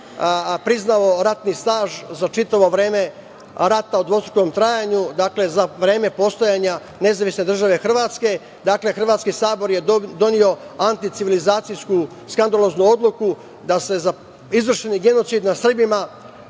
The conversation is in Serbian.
priznao ratni staž za čitavo vreme rata u dvostrukom trajanju, za vreme postojanja NDH. Dakle, hrvatski Sabor je doneo anticivilizacijsku skandaloznu odluku da se za izvršeni genocid nad Srbima